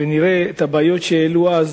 ונראה את הבעיות שהעלו אז,